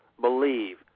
believe